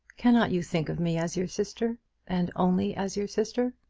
cannot you think of me as your sister and only as your sister?